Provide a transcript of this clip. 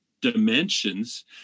dimensions